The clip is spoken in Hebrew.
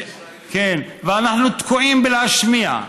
אנחנו תקועים בלהשמיע.